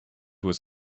was